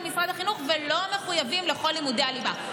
משרד החינוך ולא מחויבים לכל לימודי הליבה.